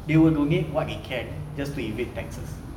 they will donate what they can just to evade taxes